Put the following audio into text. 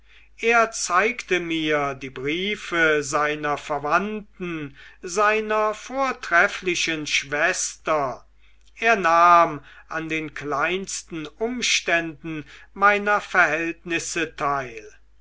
er zeigte mir die briefe seiner verwandten seiner vortrefflichen schwester er nahm an den kleinsten umständen meiner verhältnisse teil